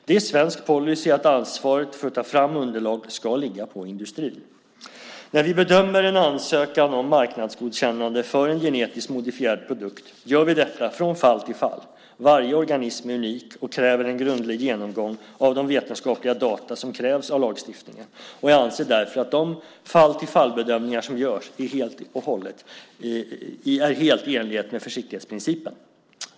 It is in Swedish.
Det är svensk policy att ansvaret för att ta fram underlag ska ligga på industrin. När vi bedömer en ansökan om marknadsgodkännande för en genetiskt modifierad produkt gör vi detta från fall till fall. Varje organism är unik och kräver en grundlig genomgång av de vetenskapliga data som krävs av lagstiftningen. Jag anser därför att de fall-till-fall-bedömningar som görs är helt i enlighet med försiktighetsprincipen.